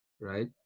right